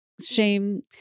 shame